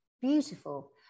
beautiful